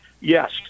yes